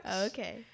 Okay